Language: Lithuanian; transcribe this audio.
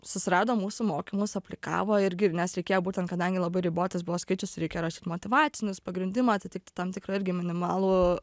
susirado mūsų mokymus aplikavo irgi nes reikėjo būtent kadangi labai ribotas buvo skaičius reikėjo rašyt motyvacinius pagrindimą atitikti tam tikrą irgi minimalų